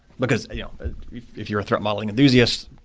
because yeah if you're a threat model enthusiast,